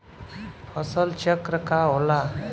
फसल चक्र का होला?